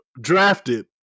drafted